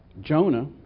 Jonah